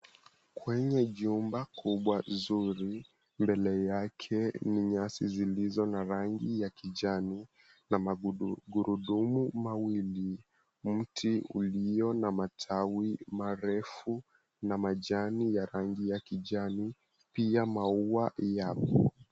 Kwenye jumba kubwa zuri, mbele yake ni nyasi zilizo na rangi ya kijani na magurudumu mawili. Mti ulio na matawi marefu na majani ya rangi ya kijani pia maua yao.